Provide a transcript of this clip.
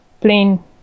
plain